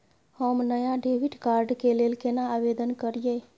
हम नया debit card के लेल केना आवेदन करियै?